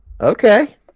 Okay